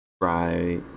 right